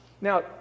Now